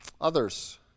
Others